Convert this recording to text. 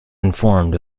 informed